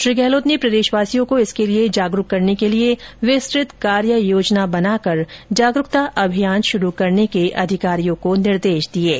श्री गहलोत ने प्रदेशवासियों को इसके लिए जागरूक करने के लिए विस्तृत कार्ययोजना बनाकर जागरूकता अभियान शुरू करने के अधिकारियों को निर्देश दिए हैं